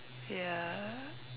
ya